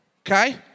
Okay